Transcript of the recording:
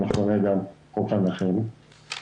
המכונה גם חוק הנכים,